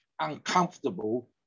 uncomfortable